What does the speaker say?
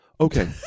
Okay